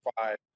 five